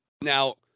Now